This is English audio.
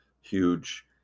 huge